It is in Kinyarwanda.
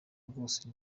rwose